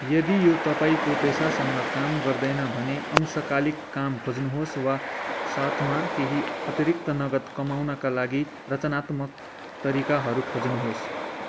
यदि यो तपाईँँको पेसासँग काम गर्दैन भने अंशकालिक काम खोज्नुहोस् वा साथमा केही अतिरिक्त नगद कमाउनका लागि रचनात्मक तरिकाहरू खोज्नुहोस्